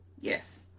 Yes